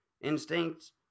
instincts